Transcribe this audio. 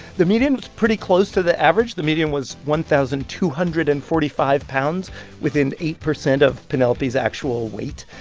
the median was pretty close to the average. the median was one thousand two hundred and forty five pounds within eight percent of penelope's actual weight.